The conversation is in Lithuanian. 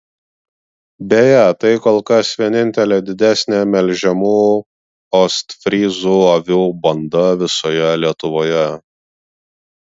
beje tai kol kas vienintelė didesnė melžiamų ostfryzų avių banda visoje lietuvoje